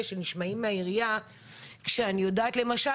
שנשמעים מהעירייה כשאני יודעת למשל,